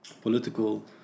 political